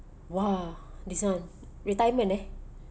!wah! this [one] retirement eh